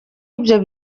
ibyo